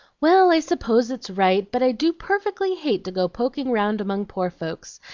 well, i suppose it's right, but i do perfectly hate to go poking round among poor folks,